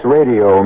Radio